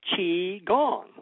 Qigong